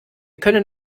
können